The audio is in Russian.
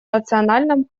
национальном